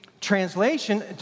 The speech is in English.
translation